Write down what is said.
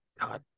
God